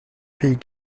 pays